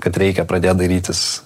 kad reikia pradėt dairytis